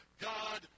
God